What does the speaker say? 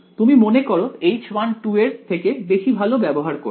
তুমি মনে করো H1 এর থেকে বেশি ভালো ব্যবহার করবে